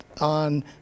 on